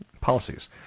policies